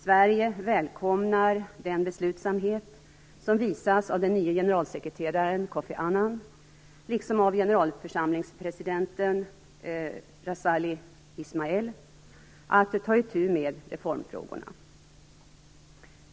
Sverige välkomnar den beslutsamhet som visas av den nye generalsekreteraren Kofi Annan, liksom av generalförsamlingens president Razali Ismail, att ta itu med reformfrågorna.